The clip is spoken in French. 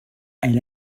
elle